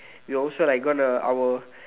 we also like gonna our